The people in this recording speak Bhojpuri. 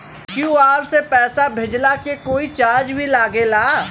क्यू.आर से पैसा भेजला के कोई चार्ज भी लागेला?